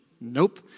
Nope